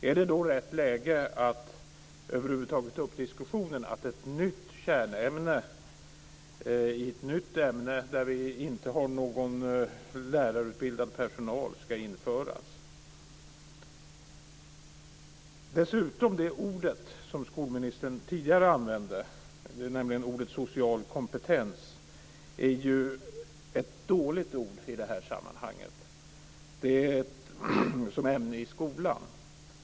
Är det då rätt läge att över huvud taget ta upp en diskussion om att man ska införa ett nytt kärnämne som det inte finns någon lärarutbildad personal för? De ord som skolministern tidigare använde, nämligen orden social kompetens, är dessutom dåliga ord i det här sammanhanget, som ämne i skolan.